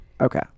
Okay